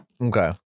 okay